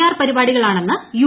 R പരിപാടികളാണെന്ന് U